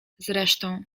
zresztą